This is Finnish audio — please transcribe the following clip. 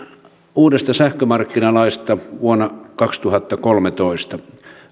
uudesta sähkömarkkinalaista vuonna kaksituhattakolmetoista